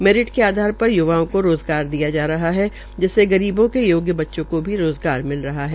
merit के आधार पर य्वाओं को रोज़गार दिया जा रहा है जिससे गरीबों के योग्य बच्चों को भी रोज़गार मिल रहा है